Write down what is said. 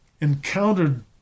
encountered